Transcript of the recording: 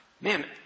man